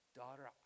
daughter